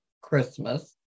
Christmas